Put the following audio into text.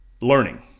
Learning